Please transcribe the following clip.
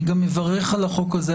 אני גם מברך על החוק הזה,